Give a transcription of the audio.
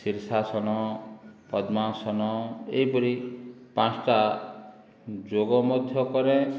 ଶୀର୍ଷାସନ ପଦ୍ମାସନ ଏହିପରି ପାଞ୍ଚଟା ଯୋଗ ମଧ୍ୟ କରେ